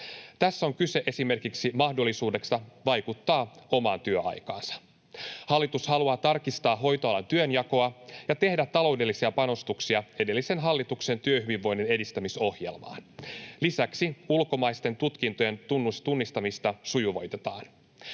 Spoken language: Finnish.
Tässä on kyse esimerkiksi mahdollisuudesta vaikuttaa omaan työaikaansa. Hallitus haluaa tarkistaa hoitoalan työnjakoa ja tehdä taloudellisia panostuksia edellisen hallituksen työhyvinvoinnin edistämisohjelmaan. Lisäksi ulkomaisten tutkintojen tunnustamista sujuvoitetaan.